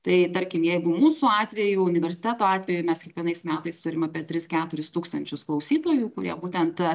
tai tarkim jeigu mūsų atveju universiteto atveju mes kiekvienais metais turim apie tris keturis tūkstančius klausytojų kurie būtent